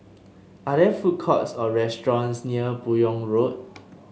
are there food courts or restaurants near Buyong Road